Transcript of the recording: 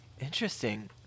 Interesting